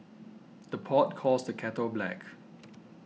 the pot calls the kettle black